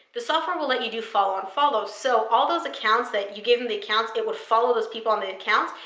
the software will let you do follow, unfollow, so all those accounts that you gave them the accounts, it would follow those people on the accounts.